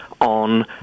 on